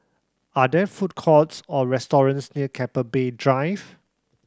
are there food courts or restaurants near Keppel Bay Drive